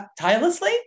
tirelessly